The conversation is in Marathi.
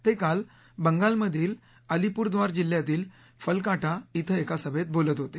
ते काल बंगालमधील अलिपूरद्वार जिल्ह्यातील फलकाटा श्वे एका सभेत बोलत होते